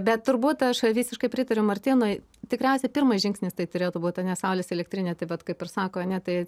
bet turbūt aš visiškai pritariu martynui tikriausiai pirmas žingsnis tai turėtų būt ane saulės elektrinė taip vat kaip ir sako ane tai